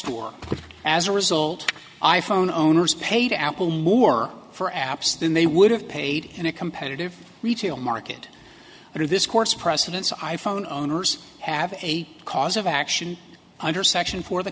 store as a result i phone owners paid apple more for apps than they would have paid in a competitive retail market or this court's precedents i phone owners have a cause of action under section four the